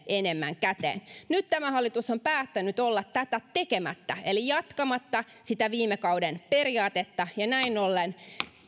enemmän käteen nyt tämä hallitus on päättänyt olla tätä tekemättä eli jatkamatta sitä viime kauden periaatetta ja näin ollen